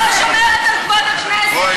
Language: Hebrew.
את לא שומרת על כבוד הכנסת.